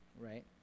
right